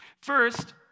First